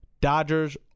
Dodgers